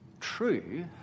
true